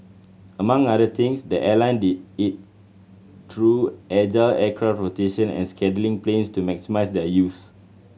among other things the airline did it through agile aircraft rotation and planes to maximise their use